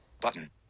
Button